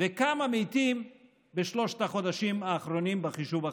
וכמה מתים בשלושת החודשים האחרונים בחישוב החודשי.